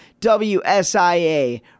WSIA